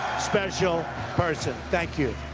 special person. thank you.